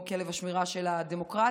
או כלב השמירה של הדמוקרטיה.